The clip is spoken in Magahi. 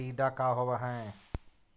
टीडा का होव हैं?